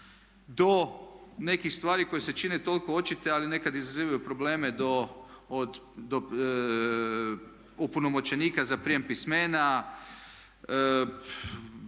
do nekih stvari koje se čine toliko očite ali nekada izazivaju probleme do od, do opunomoćenika za prijem pismena,